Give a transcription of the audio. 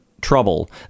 trouble